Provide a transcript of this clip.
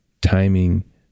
timing